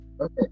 Okay